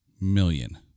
million